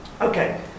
Okay